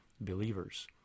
believers